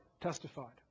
testified